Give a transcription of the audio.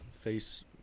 face